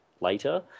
later